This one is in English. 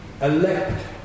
elect